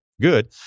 good